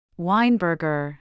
Weinberger